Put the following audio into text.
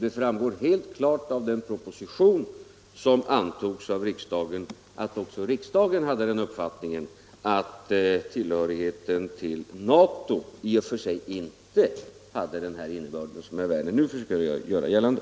Det framgår helt klart av den proposition som antogs av riksdagen att också riksdagen hade den uppfattningen, att tillhörigheten till NATO i och för sig inte hade en sådan innebörd som herr Werner nu försöker göra gällande.